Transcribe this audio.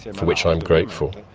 for which i'm grateful.